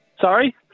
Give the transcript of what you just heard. Sorry